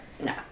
No